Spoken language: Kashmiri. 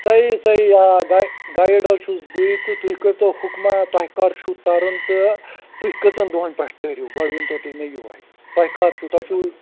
صحیٖح صحیٖح آ گایڈ حظ چھُس بٕے تہٕ تُہۍ کٔرۍ تو حُکما تۄہہِ کٔر چھُو ترُن تہٕ تُہۍ کٔژَن دۄہن پٮ۪ٹھ تٔرِو گۄڈٕ ؤنۍ تو تُہۍ مےٚ یہوے تۄہہِ کَر چھُو تۄہہِ چھُو